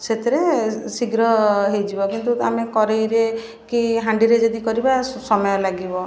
ସେଥିରେ ଶୀଘ୍ର ହେଇଯିବ କିନ୍ତୁ ଆମେ କରେଇରେ କି ହାଣ୍ଡିରେ ଯଦି କରିବା ସ ସମୟ ଲାଗିବ